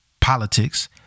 politics